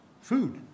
Food